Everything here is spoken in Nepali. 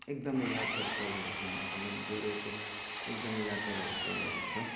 एकदमै यादगार पलहरू छन् मसँग जोडिएको एकदमै यादगारहरू पलहरू छ